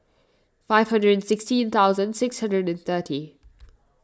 five hundred and sixteen thousand six hundred and thirty